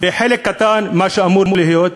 וחלק קטן ממה שאמור להיות.